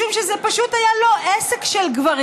משום שזה פשוט היה לא עסק של גברים.